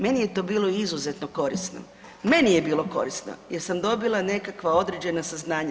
Meni je to bilo izuzetno korisno, meni je bilo korisno jer sam dobila nekakva određena saznanja.